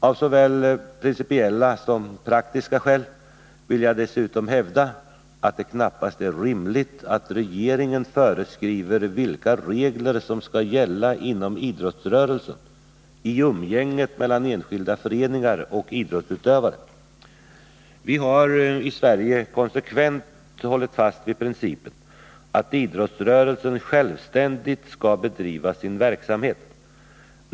Av såväl principiella som praktiska skäl vill jag dessutom hävda att det knappast är rimligt att regeringen föreskriver vilka regler som skall gälla inom idrottsrörelsen i umgänget mellan enskilda föreningar och idrottsutövare. Vi har i Sverige konsekvent hållit fast vid principen att idrottsrörelsen självständigt skall bedriva sin verksamhet.